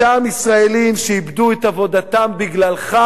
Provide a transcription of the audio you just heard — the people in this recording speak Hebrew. אותם ישראלים שאיבדו את עבודתם בגללך,